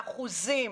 באחוזים,